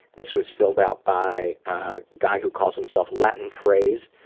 this was filled out by a guy who calls himself latin phrase.